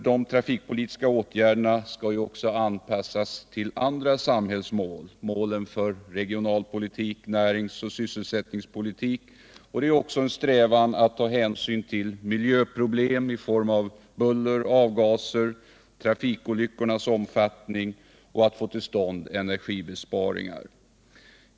De trafikpolitiska åtgärderna skall också anpassas till andra sam hällsmål, såsom målen för regionalpolitiken samt näringsoch sysselsättningspolitiken. Det är också en strävan att ta hänsyn till miljöproblemen i form av buller, avgaser, trafikolyckornas omfattning m.m. och att få till stånd energibesparingar.